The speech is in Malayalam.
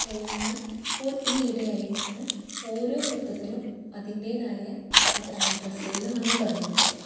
എന്നാൽ ഇപ്പോൾ ഈയിടെ ആയിട്ടാണ് ഓരോ നൃത്തത്തിനും അതിൻറ്റേതായ ഡ്രെസ്സ്കൾ വന്ന് തുടങ്ങീത്